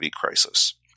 crisis